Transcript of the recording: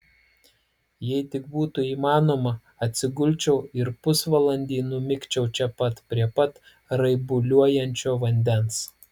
jei tik būtų įmanoma atsigulčiau ir pusvalandį numigčiau čia pat prie pat raibuliuojančio vandens